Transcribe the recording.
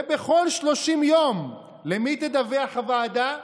ובכל 30 יום, למי תדווח הוועדה שתתכנס?